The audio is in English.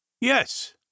Yes